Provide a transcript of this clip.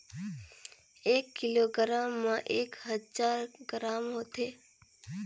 एक किलोग्राम म एक हजार ग्राम होथे